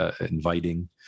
inviting